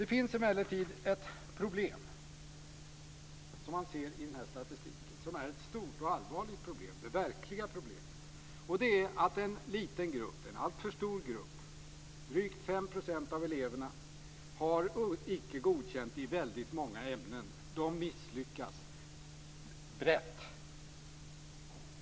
Det finns emellertid ett stort och allvarligt problem i statistiken - det verkliga problemet. Det är att en liten grupp, en alltför stor grupp, drygt 5 % av eleverna har betyget Icke godkänd i väldigt många ämnen.